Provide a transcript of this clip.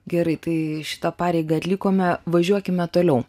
gerai tai šitą pareigą atlikome važiuokime toliau